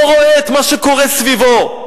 לא רואה את מה שקורה סביבו.